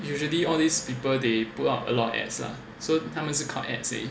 usually all these people they put up a lot ads lah so 他们是靠 ads